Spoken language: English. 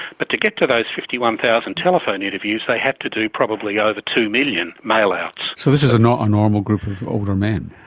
but to get to those fifty one thousand telephone interviews they had to do probably over two million million mail-outs. so this is not a normal group of older men.